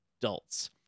adults